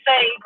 say